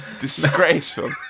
Disgraceful